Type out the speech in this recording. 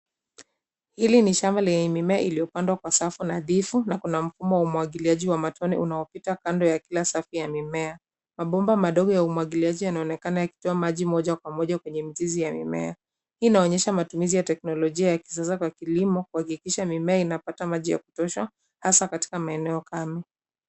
Hili ni shamba lenye mimea iliyopandwa kwa safu nadhifu na kuna mfumo wa umwagiliaji wa matone unaopita kando ya kila safu ya mimea. Mabomba madogo ya umwagiliaji yanaonekana yakitoa maji moja kwa moja kwenye mizizi ya mimea. Hii inaonyesha matumizi ya teknolojia ya kisasa kwa kilimo kuhakikisha mimea inapata maji ya kutosha hasa katika maeneo kame.